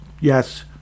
Yes